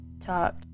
talk